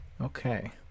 Okay